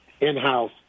in-house